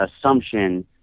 assumption